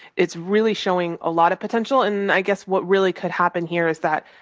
it's really showing a lot of potential and i guess what really could happen here is that,